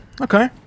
Okay